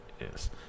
Yes